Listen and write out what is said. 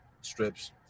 strips